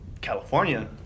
California